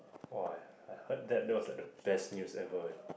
ah I heard that that was like the best news ever ah